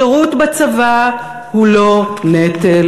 שירות בצבא הוא לא נטל,